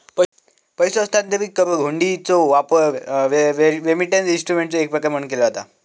पैसो हस्तांतरित करुक हुंडीचो वापर रेमिटन्स इन्स्ट्रुमेंटचो एक प्रकार म्हणून केला जाता